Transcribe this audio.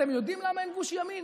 אתם יודעים למה אין גוש ימין?